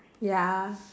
ya